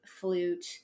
flute